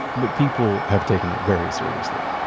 but people have taken it very seriously.